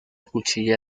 cuchilla